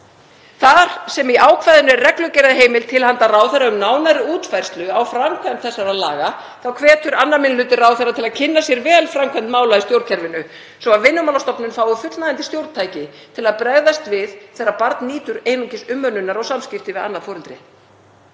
Þar sem í ákvæðinu er reglugerðarheimild til handa ráðherra um nánari útfærslu á framkvæmd þessara laga þá hvetur 2. minni hluti ráðherra til að kynna sér vel framkvæmd mála í stjórnkerfinu svo að Vinnumálastofnun fái fullnægjandi stjórntæki til að bregðast við þegar barn nýtur einungis umönnunar og samskipta við annað foreldrið.